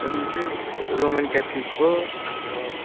हामी चाहिँ Roman Catholic हो हाम्रो